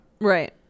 Right